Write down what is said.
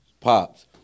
Pops